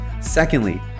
Secondly